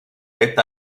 est